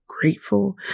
grateful